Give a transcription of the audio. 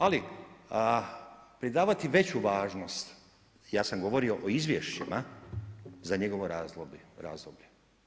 Ali pridavati veću važnost, ja sam govorio o izvješćima za njegovo razdoblje.